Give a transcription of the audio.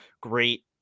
great